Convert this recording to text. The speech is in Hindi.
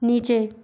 नीचे